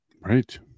Right